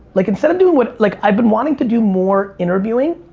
like instead of doing what, like i've been wanting to do more interviewing,